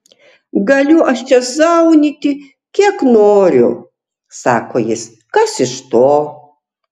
galiu aš čia zaunyti kiek noriu sako jis kas iš to